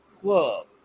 club